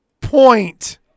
point